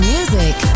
Music